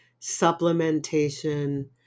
supplementation